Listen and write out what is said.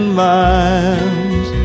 miles